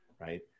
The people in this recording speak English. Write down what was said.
right